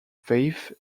faith